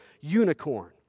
unicorn